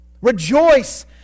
Rejoice